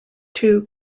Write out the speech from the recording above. two